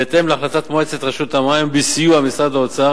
בהתאם להחלטת מועצת רשות המים ובסיוע משרד האוצר